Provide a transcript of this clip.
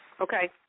Okay